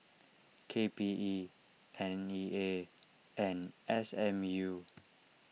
K P E N E A and S M U